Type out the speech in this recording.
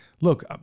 look